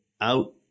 out